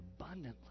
abundantly